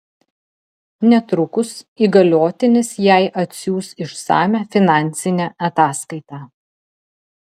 netrukus įgaliotinis jai atsiųs išsamią finansinę ataskaitą